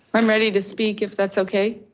i'm ready to speak if that's okay,